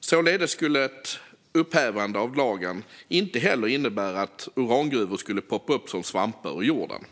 Således skulle ett upphävande av lagen heller inte innebära att urangruvor skulle poppa upp som svampar ur jorden.